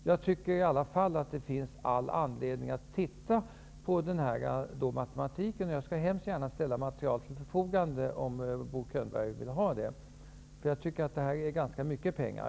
Jag tycker i alla fall att det finns anledning att se på denna matematik, och jag skall mycket gärna ställa material till förfogande om Bo Könberg vill ha det. Jag anser nämligen att det är fråga om ganska mycket pengar.